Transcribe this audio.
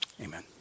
Amen